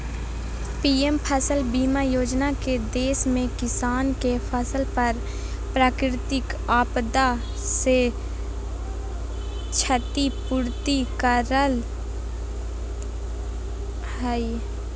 PM फसल बीमा योजना के देश में किसान के फसल पर प्राकृतिक आपदा से क्षति पूर्ति करय हई